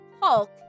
Hulk